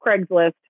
Craigslist